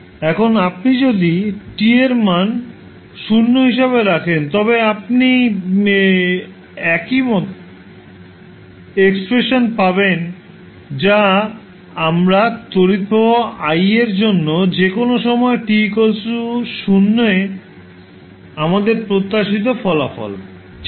এখন আপনি যদি টি এর মান 0 হিসাবে রাখেন তবে আপনি একই এক্সপ্রেশান পাবেন যা তড়িৎ প্রবাহ i এর জন্য যে কোনও সময় t 0 এ আমাদের প্রত্যাশিত ফলাফল ছিল